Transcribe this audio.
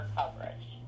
coverage